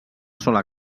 sola